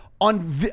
on